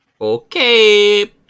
Okay